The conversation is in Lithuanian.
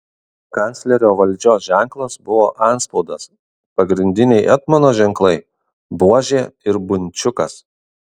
kanclerio valdžios ženklas buvo antspaudas pagrindiniai etmono ženklai buožė ir bunčiukas